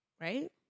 Right